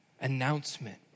announcement